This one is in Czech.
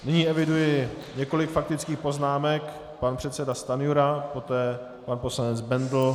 Nyní eviduji několik faktických poznámek pan předseda Stanjura, poté pan poslanec Bendl.